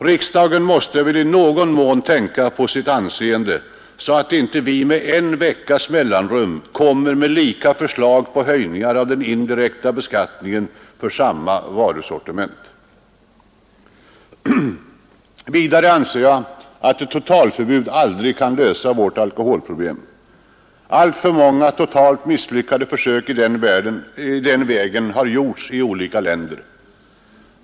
Riksdagen måste väl i någon mån tänka på sitt anseende, så att vi inte med en veckas mellanrum kommer med lika förslag på höjningar av den indirekta beskattningen för samma varusortiment. Vidare anser jag att ett totalförbud aldrig kan lösa vårt alkoholproblem. Alltför många totalt misslyckade försök i den vägen har gjorts i olika länder.